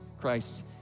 Christ